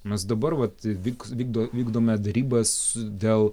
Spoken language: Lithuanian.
mes dabar vat vyk vykdo vykdome derybas dėl